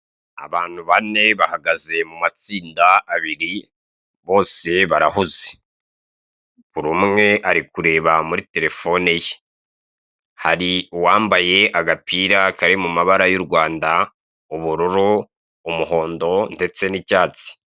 Abantu bane bahagaze mu matsinda abiri bose barahuze. Buri umwe ari kureba muri terefone ye hari uwambaye agapira kari mu mabara y' u Rwanda ubururu, umuhondo ndetse n'icyatsi.